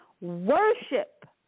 worship